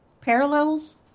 Parallels